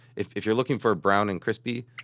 if if you're looking for brown and crispy,